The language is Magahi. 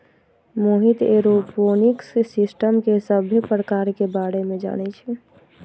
मोहित ऐरोपोनिक्स सिस्टम के सभ्भे परकार के बारे मे जानई छई